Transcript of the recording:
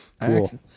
Cool